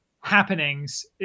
happenings